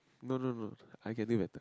no no no I getting better